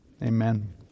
Amen